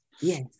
Yes